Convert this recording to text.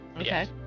okay